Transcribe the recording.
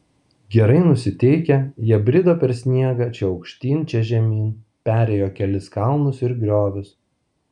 gerai nusiteikę jie brido per sniegą čia aukštyn čia žemyn perėjo kelis kalnus ir griovius